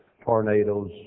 tornadoes